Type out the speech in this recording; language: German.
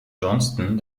johnston